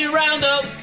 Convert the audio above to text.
roundup